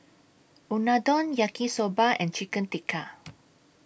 Unadon Yaki Soba and Chicken Tikka